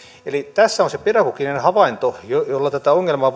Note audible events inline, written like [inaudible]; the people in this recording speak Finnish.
eli tässä on se pedagoginen havainto jolla tätä ongelmaa [unintelligible]